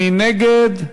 מי נגד?